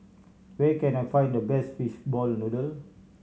where can I find the best fishball noodle